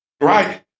Right